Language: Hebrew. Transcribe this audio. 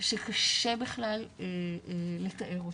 שקשה בכלל לתאר אותו.